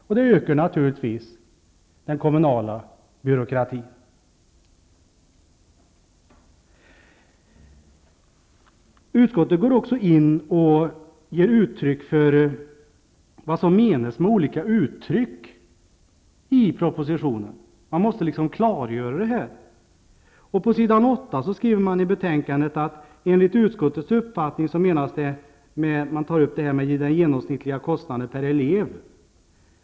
Därmed ökar naturligtvis den kommunala byråkratin. Utskottet går också in på vad som menas med olika uttryck i propositionen. Man måste på något vis klargöra dessa saker. På s. 8 i betänkandet talas det om den genomsnittliga kostnaden per elev.